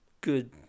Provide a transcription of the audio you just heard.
good